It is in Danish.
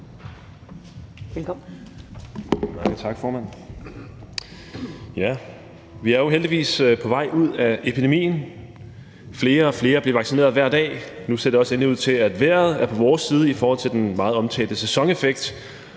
Vi er jo heldigvis på vej ud af epidemien. Flere og flere bliver vaccineret hver dag. Og nu ser det endelig også ud til, at vejret er på vores side i forhold til den meget omtalte sæsoneffekt.